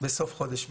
בסוף חודש מאי.